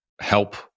help